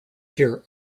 here